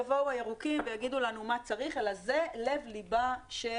יבואו הירוקים ויגידו לנו מה צריך אלא זה לב ליבה של